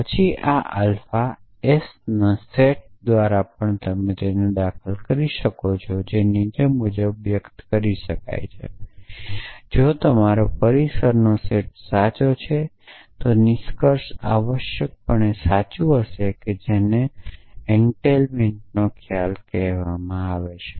પછી આ alpha s ના સેટ દ્વારા પણ દાખલ કરવામાં આવશે જે નીચે મુજબ વ્યક્ત કરી શકાય છે જો તમારો પરિસરનો સેટ સાચો છે તો નિષ્કર્ષ આવશ્યકપણે સાચો હશે કે જે એનટેઇલમેંટ ખ્યાલ છે